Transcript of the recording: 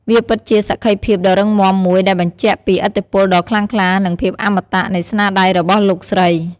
វាពិតជាសក្ខីភាពដ៏រឹងមាំមួយដែលបញ្ជាក់ពី ឥទ្ធិពលដ៏ខ្លាំងក្លា និង ភាពអមតៈ នៃស្នាដៃរបស់លោកស្រី។